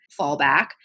fallback